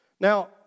Now